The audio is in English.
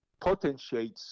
potentiates